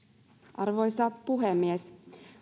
arvoisa puhemies